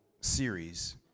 series